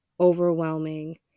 overwhelming